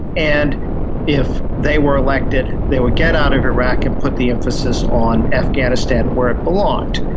and if they were elected they would get out of iraq and put the emphasis on afghanistan where it belonged.